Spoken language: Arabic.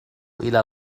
إلى